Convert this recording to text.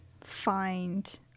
find